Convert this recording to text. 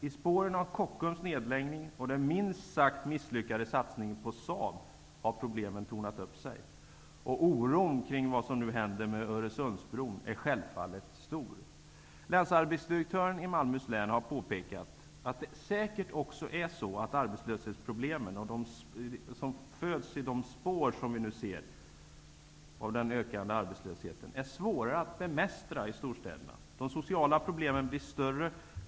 I spåren av Kockums nedläggning och den minst sagt misslyckade satsningen på Saab har problemen tornat upp sig. Oron kring det som nu händer med Öresundsbron är självfallet stor. Länsarbetsdirektören i Malmöhus län har påpekat att de problem som föds i den ökande arbetslöshetens spår säkert är svåra att bemästra i storstäderna. De sociala problemen blir större.